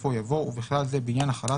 בסופו יבוא: "ובכלל זה בעניין החלת